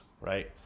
right